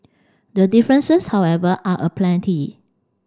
the differences however are aplenty